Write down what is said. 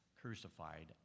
crucified